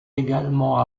également